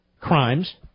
crimes